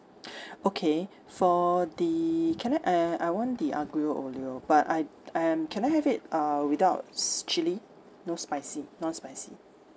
okay for the can I uh I want the aglio olio but I um can I have it uh without s~ chilli no spicy non spicy